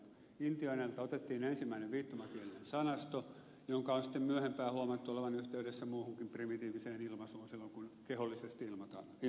intiaaneilta otettiin ensimmäinen viittomakielinen sanasto jonka on sitten myöhemmin huomattu olevan yhteydessä muuhunkin primitiiviseen ilmaisuun silloin kun kehollisesti ilmaistaan asioita